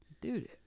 dude